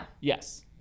Yes